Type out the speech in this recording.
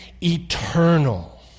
eternal